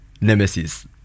nemesis